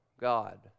God